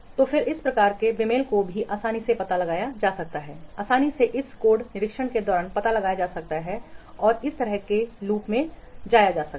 तो फिर इस प्रकार के बेमेल को भी आसानी से पता लगाया जा सकता है आसानी से इस कोड निरीक्षण के दौरान पता लगाया जा सकता है और इसी तरह लूप में जाता है